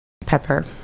Pepper